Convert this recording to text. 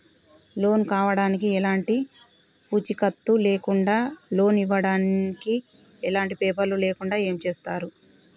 Loan కావడానికి ఎలాంటి పూచీకత్తు లేకుండా లోన్ ఇవ్వడానికి ఎలాంటి పేపర్లు లేకుండా ఏం చేస్తారు?